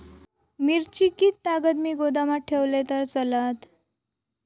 मिरची कीततागत मी गोदामात ठेवलंय तर चालात?